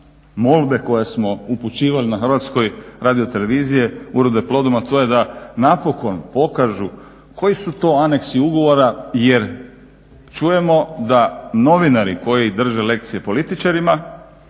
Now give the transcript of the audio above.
molbe koje smo upućivali HRT-a urode plodom a to je da napokon pokažu koji su to aneksi ugovora jer čujemo da novinari koji drže lekcije političarima